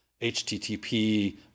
HTTP